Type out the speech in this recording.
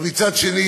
אבל מצד שני,